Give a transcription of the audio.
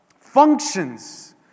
functions